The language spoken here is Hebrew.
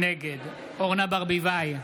נגד אורנה ברביבאי,